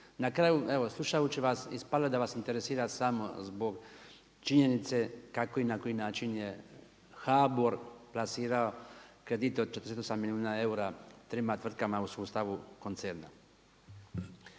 Na kraju evo slušajući vas ispada da vas interesira samo zbog činjenice kako i na koji način je HBOR plasirao kredite od 48 milijuna eura trima tvrtkama u sustavu koncerna.